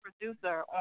producer